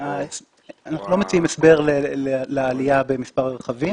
--- אנחנו לא מציעים הסבר לעלייה במספר הרכבים.